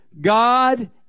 God